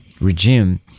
regime